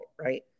right